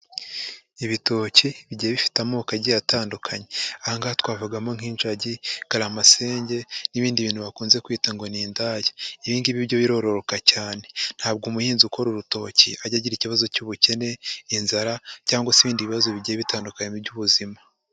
Ibitoki bigiye bifite amoko agiye atandukanye, aha ngaha twavugamo nk'injagi, karamasenge n'ibindi bintu bakunze kwita ngo ni indaya, ibi ngibi byo birororoka cyane ntabwo umuhinzi ukora urutoki ajya agira ikibazo cy'ubukene, inzara cyangwa se ibindi bibazo bigiye bitandukanye by'ubuzima.